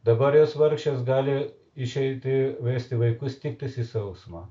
dabar jos vargšės gali išeiti vesti vaikus tiktais į sausumą